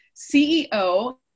CEO